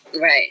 Right